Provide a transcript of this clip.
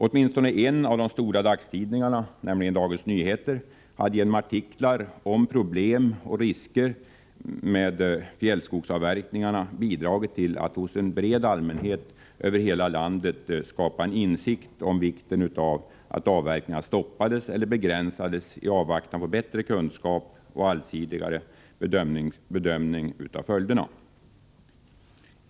Åtminstone en av de stora dagstidningarna, nämligen Dagens Nyheter, hade genom artiklar om problem och risker med fjällskogsavverkningar bidragit till att hos en bred allmänhet över hela landet skapa en insikt om vikten av att avverkningarna stoppades eller begränsades i avvaktan på bättre kunskap om och allsidigare underlag för bedömning av följderna.